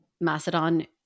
Macedon